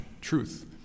truth